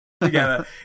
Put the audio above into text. together